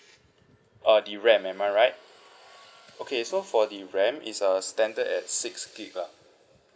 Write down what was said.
uh the RAM am I right okay so for the RAM it's a standard at six gig lah